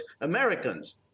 Americans